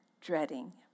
dreading